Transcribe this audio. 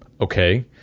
okay